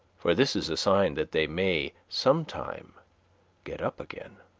for this is a sign that they may sometime get up again.